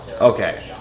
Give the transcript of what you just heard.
Okay